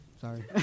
sorry